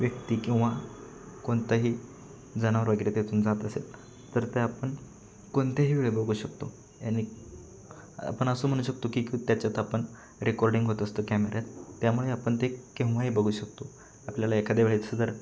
व्यक्ती किंवा कोणतंही जनावर वगैरे त्यातून जात असेल तर ते आपण कोणत्याही वेळी बघू शकतो आणि आपण असं म्हणू शकतो की की त्याच्यात आपण रेकॉर्डिंग होत असतं कॅमेऱ्यात त्यामुळे आपण ते केव्हाही बघू शकतो आपल्याला एखाद्या वेळेचं जर